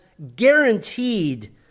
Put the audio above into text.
guaranteed